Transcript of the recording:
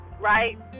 right